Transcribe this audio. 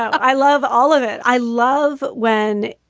i love all of it. i love when